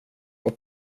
vad